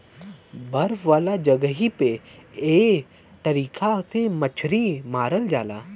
बर्फ वाला जगही पे एह तरीका से मछरी मारल जाला